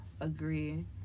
agree